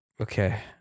Okay